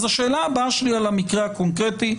אז השאלה הבאה שלי על המקרה הקונקרטי,